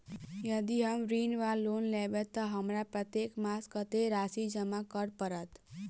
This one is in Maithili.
यदि हम ऋण वा लोन लेबै तऽ हमरा प्रत्येक मास कत्तेक राशि जमा करऽ पड़त?